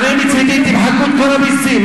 מצדי תמחקו את כל המסים,